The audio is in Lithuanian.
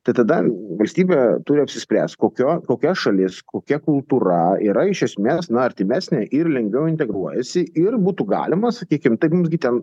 tai tada valstybė turi apsispręst kokio kokia šalis kokia kultūra yra iš esmės na artimesnė ir lengviau integruojasi ir būtų galima sakykim taip mums gi ten